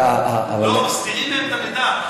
מסתירים מהם את המידע.